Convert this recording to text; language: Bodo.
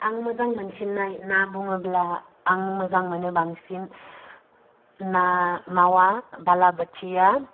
आं मोजां मोनसिननाय ना बुङोब्ला आं मोजां मोनो बांसिन ना मावा बालाबोथिया